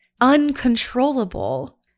uncontrollable